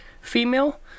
female